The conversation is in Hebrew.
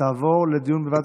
ותעבור לדיון,